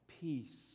peace